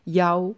jou